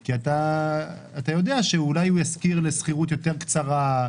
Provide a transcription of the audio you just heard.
כי אתה יודע ששולי הוא ישכיר לשכירות יותר קצרה,